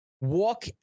walk